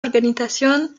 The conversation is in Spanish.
organización